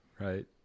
Right